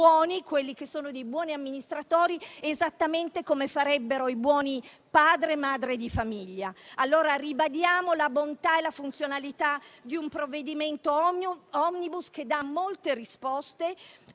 quelli che sono buoni amministratori, esattamente come farebbero i buoni padri e madri di famiglia. Quindi, noi ribadiamo la bontà e la funzionalità di un provvedimento *omnibus* che dà molte risposte